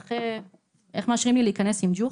איך מאשרים לי להיכנס עם ג'וחא,